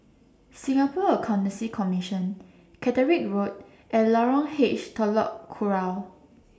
Singapore Accountancy Commission Caterick Road and Lorong H Telok Kurau